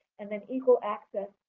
and then equal access,